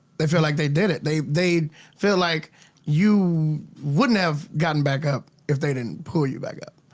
they feel like they did it. they they feel like you wouldn't have gotten back up if they didn't pull you back up.